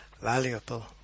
valuable